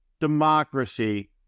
democracy